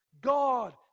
God